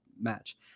match